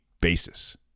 basis